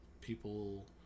people